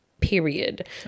Period